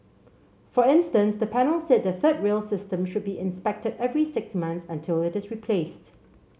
for instance the panel said the third rail system should be inspected every six months until it is replaced